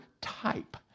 type